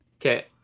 Okay